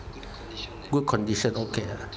good condition okay ah